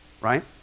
right